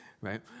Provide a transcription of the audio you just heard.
right